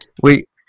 Wait